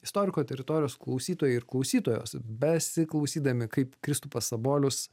istoriko teritorijos klausytojai ir klausytojos besiklausydami kaip kristupas sabolius